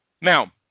Now